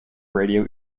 radio